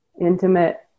intimate